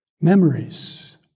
Memories